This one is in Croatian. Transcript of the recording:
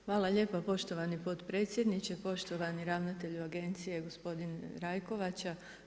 Hvala lijepo poštovani potpredsjedniče, poštovani ravnatelju Agencije gospodine Rajkovača.